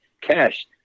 cash